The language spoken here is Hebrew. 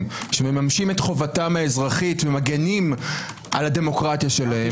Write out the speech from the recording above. שמממשים את חובתם האזרחית ומגנים על הדמוקרטיה שלהם.